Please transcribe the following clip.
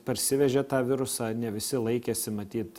parsivežė tą virusą ne visi laikėsi matyt